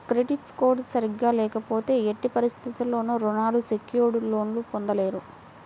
credit score సరిగ్గా లేకపోతే ఎట్టి పరిస్థితుల్లోనూ రుణాలు సెక్యూర్డ్ లోన్లు పొందలేరు